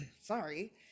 sorry